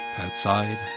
outside